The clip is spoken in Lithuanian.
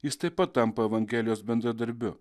jis taip pat tampa evangelijos bendradarbiu